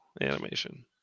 animation